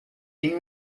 tem